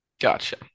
Gotcha